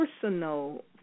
personal